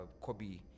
Kobe